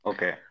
Okay